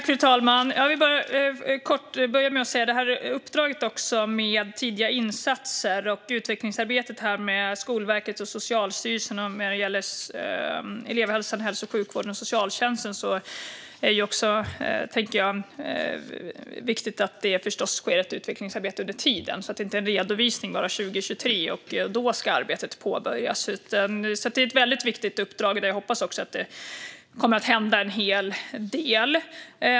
Fru talman! Jag vill börja med att säga att när det gäller uppdraget om tidigare insatser och utvecklingsarbetet med Skolverket och Socialstyrelsen när det gäller elevhälsan, hälso och sjukvården och socialtjänsten är det viktigt att det sker ett utvecklingsarbete under tiden så att det inte bara blir en redovisning 2023 och att arbetet då ska påbörjas. Det är ett väldigt viktigt uppdrag. Jag hoppas att det kommer att hända en hel del.